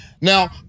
now